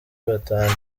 batanu